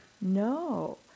No